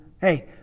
hey